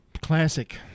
Classic